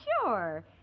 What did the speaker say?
Sure